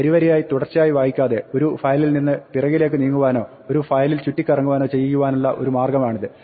വരിവരിയായി തുടർച്ചയായി വായിക്കാതെ ഒരു ഫയലിൽ നിന്ന് പിറകിലേക്ക് നീങ്ങുവാനോ ഒരു ഫയലിൽ ചുറ്റിക്കറങ്ങുവാനോ ചെയ്യുവാനുള്ള ഒരു മാർഗ്ഗമാണിത്